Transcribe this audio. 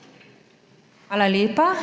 Hvala lepa.